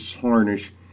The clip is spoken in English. Harnish